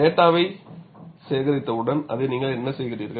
டேட்டாவைச் சேகரித்தவுடன் அதை நீங்கள் என்ன செய்கிறீர்கள்